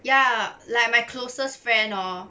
ya like my closest friend hor